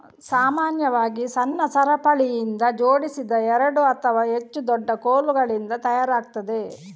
ಸಾಮಾನ್ಯವಾಗಿ ಸಣ್ಣ ಸರಪಳಿಯಿಂದ ಜೋಡಿಸಿದ ಎರಡು ಅಥವಾ ಹೆಚ್ಚು ದೊಡ್ಡ ಕೋಲುಗಳಿಂದ ತಯಾರಾಗ್ತದೆ